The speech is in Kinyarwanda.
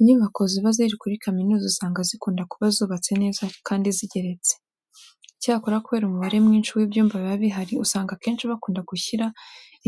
Inyubako ziba ziri muri kaminuza usanga zikunda kuba zubatse neza kandi zigeretse. Icyakora kubera umubare mwinshi w'ibyumba biba bihari usanga akenshi bakunda gushira